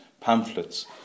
pamphlets